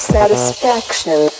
Satisfaction